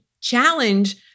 challenge